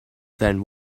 then